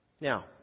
Now